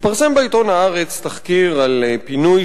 התפרסם בעיתון "הארץ" תחקיר על פינוי